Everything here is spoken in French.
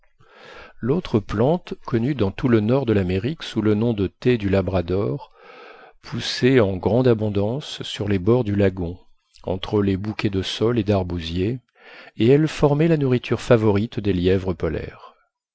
l'autre plante connue dans tout le nord de l'amérique sous le nom de thé du labrador poussait en grande abondance sur les bords du lagon entre les bouquets de saules et d'arbousiers et elle formait la nourriture favorite des lièvres polaires